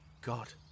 God